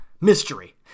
Mystery